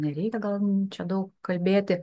nereikia gal čia daug kalbėti